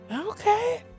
okay